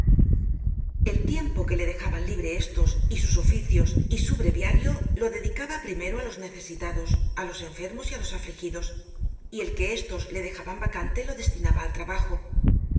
el tiempo que le dejaban libre estos y sus oficios y su breviario lo dedicaba primero á los necesitados á los enfermos y á los afligidos y el que estos le dejaban vacante lo destinaba al trabajo